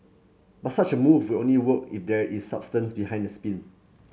but such a move will only work if there is substance behind the spin